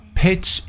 pitch